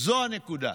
זו הנקודה.